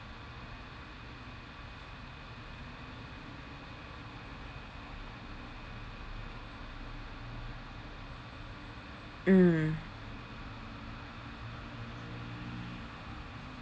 mm